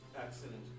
accident